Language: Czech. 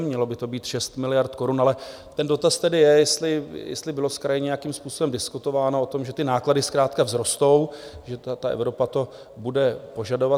Mělo by to být 6 miliard korun, ale ten dotaz tedy je, jestli bylo s kraji nějakým způsobem diskutováno o tom, že náklady zkrátka vzrostou, že Evropa to bude požadovat.